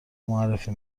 معرفی